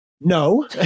no